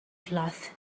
cloth